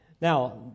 Now